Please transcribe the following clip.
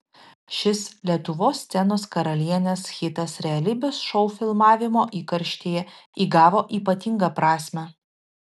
šis lietuvos scenos karalienės hitas realybės šou filmavimo įkarštyje įgavo ypatingą prasmę